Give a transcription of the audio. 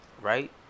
right